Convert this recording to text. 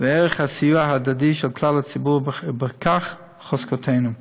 ואת ערך הסיוע הדדי של כלל הציבור, ובכך חוזקנו.